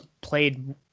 Played